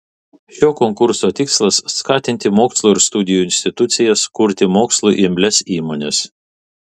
šio konkurso tikslas skatinti mokslo ir studijų institucijas kurti mokslui imlias įmones